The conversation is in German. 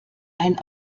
ein